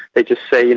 they just say,